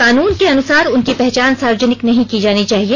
कानून के अनुसार उनकी पहचान सार्वजनिक नहीं की जानी चाहिए